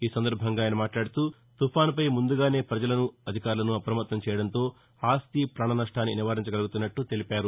ఈ సందర్బంగా ఆయన మాట్లాడుతూ తుపానుపై ముందుగానే ప్రజలను అధికారులను అప్రమత్తం చేయటంతో ఆస్తి ప్రాణసష్టున్ని నివారించగలుగుతున్నట్ల తెలిపారు